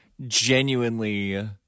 genuinely